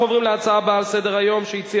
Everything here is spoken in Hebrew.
אנחנו עוברים להצעה הבאה על סדר-היום שהציע